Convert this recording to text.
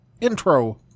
Intro